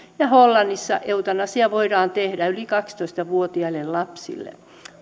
ja hollannissa eutanasia voidaan tehdä yli kaksitoista vuotiaille lapsille